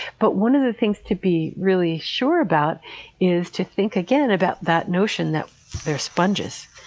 but one of the things to be really sure about is to think again about that notion that they're sponges.